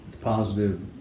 positive